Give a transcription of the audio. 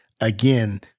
again